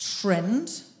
trend